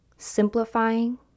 simplifying